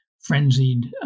frenzied